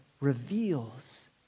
reveals